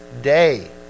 day